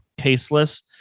caseless